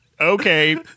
Okay